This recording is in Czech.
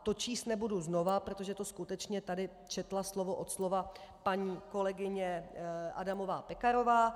To číst nebudu znovu, protože to skutečně tady četla slovo od slova paní kolegyně Adamová Pekarová.